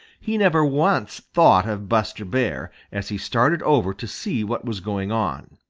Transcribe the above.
he never once thought of buster bear, as he started over to see what was going on.